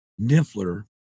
Niffler